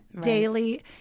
daily